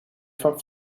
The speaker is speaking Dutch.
van